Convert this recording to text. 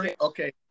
Okay